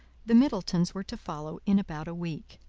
the middletons were to follow in about a week.